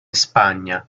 spagna